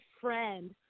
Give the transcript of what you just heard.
friend